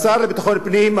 השר לביטחון הפנים,